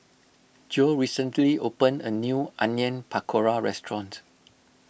Jo recently opened a new Onion Pakora restaurant